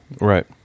Right